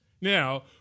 Now